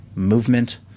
movement